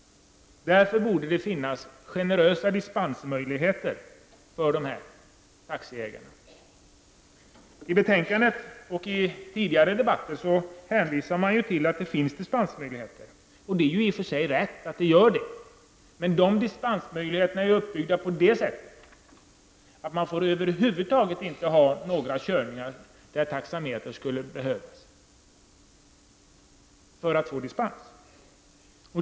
Därför borde det finnas generösa dispensmöjligheter för dessa taxiägare. I betänkandet och i tidigare debatter hänvisas det till att det finns dispensmöjligheter. Det är i och för sig riktigt. Men dessa dispensmöjligheter är uppbyggda på ett sådant sätt att om dispens ges får inga körningar över huvud taget förekomma då taxametrar skulle behövas.